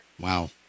Wow